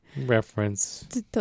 reference